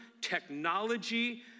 technology